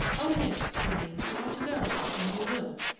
oh! yes, germain, you ought to go, and you will,